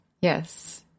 Yes